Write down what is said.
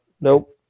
nope